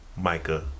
Micah